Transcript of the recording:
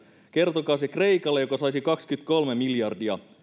kertokaa se kreikalle joka saisi kaksikymmentäkolme miljardia